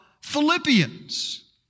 Philippians